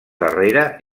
darrera